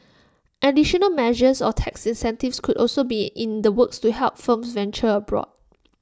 additional measures or tax incentives could also be in the works to help firms venture abroad